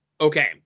Okay